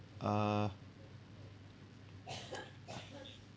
uh